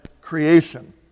creation